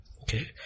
Okay